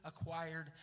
acquired